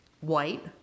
white